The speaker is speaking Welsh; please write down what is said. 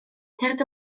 tyrd